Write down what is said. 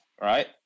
Right